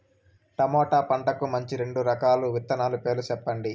tomato పంటకు మంచి రెండు రకాల విత్తనాల పేర్లు సెప్పండి